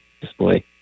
display